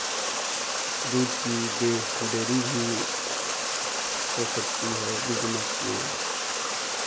दूध की डेयरी भी हो सकती है बिज़नेस में